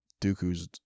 Dooku's